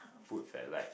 food fad like